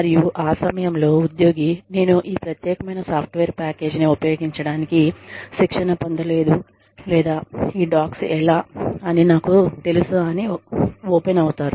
మరియు ఆ సమయంలో ఉద్యోగి నేను ఈ ప్రత్యేకమైన సాఫ్ట్వేర్ ప్యాకేజీ ని ఉపయోగించడానికి శిక్షణ పొందలేదు లేదా ఈ డాక్స్ ఎలా అని నాకు తెలుసా అని ఓపెన్ అవుతారు